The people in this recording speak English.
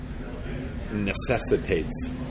necessitates